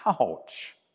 Ouch